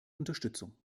unterstützung